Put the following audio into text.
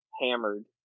hammered